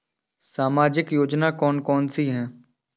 सामाजिक योजना कौन कौन सी हैं?